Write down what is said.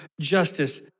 justice